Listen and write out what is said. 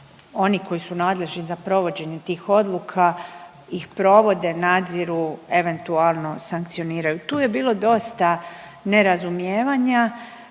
oni koji su nadležni za provođenje tih odluka ih provede, nadziru, eventualno sankcioniraju. Tu je bilo dosta nerazumijevanja.